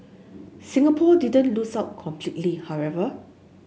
Singapore didn't lose out completely however